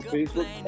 Facebook